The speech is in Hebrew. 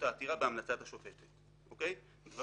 משכו את העתירה בהמלצת השופטת.